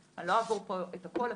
אז אני לא אעבור פה על הכל,